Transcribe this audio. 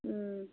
उम